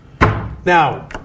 Now